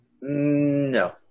No